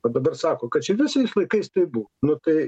va dabar sako kad čia visais laikais taip buvo nu tai